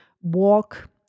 walk